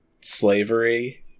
slavery